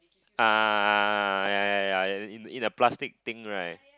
uh ya ya ya in a plastic thing right